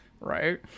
right